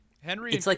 Henry